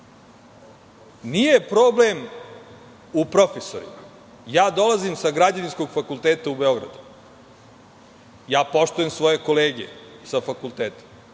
problem u profesorima, dolazim sa Građevinskog fakulteta u Beogradu. Poštujem svoje kolege sa fakulteta.